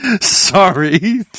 Sorry